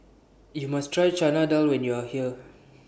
YOU must Try Chana Dal when YOU Are here